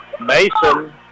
Mason